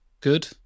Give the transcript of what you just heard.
good